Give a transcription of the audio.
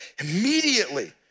Immediately